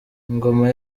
ingoma